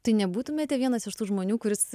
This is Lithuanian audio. tai nebūtumėte vienas iš tų žmonių kuris